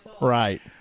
Right